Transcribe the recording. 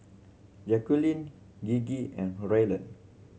Jacqulyn Gigi and Ryland